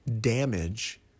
damage